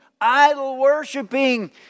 idol-worshiping